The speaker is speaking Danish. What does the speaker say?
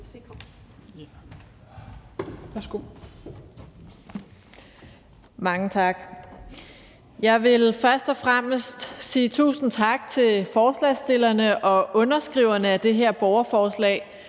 Jeg vil først og fremmest sige tusind tak til forslagsstillerne og underskriverne på det her borgerforslag.